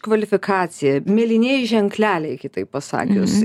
kvalifikacija mėlynieji ženkleliai kitaip pasakius